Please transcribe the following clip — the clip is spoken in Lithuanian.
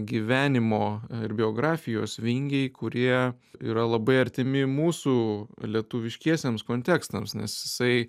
gyvenimo ir biografijos vingiai kurie yra labai artimi mūsų lietuviškiesiems kontekstams nes jisai